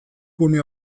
gune